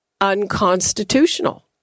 unconstitutional